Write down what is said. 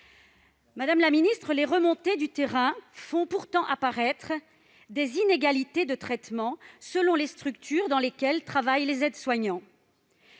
Madame la ministre, les remontées du terrain font pourtant apparaître des inégalités de traitement selon les structures dans lesquelles travaillent les aides-soignants